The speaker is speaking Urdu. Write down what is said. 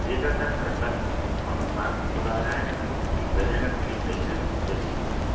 ٹھیک ہے سر پھر کل ہم شام کو خود آجائیں گے نہیں تو کسی کو بھیجیں گے سلپ بھیج دیں گے دے دیجیے گا